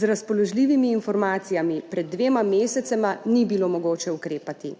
z razpoložljivimi informacijami pred dvema mesecema ni bilo mogoče ukrepati.